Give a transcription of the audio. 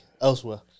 elsewhere